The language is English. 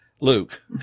Luke